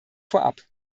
vorab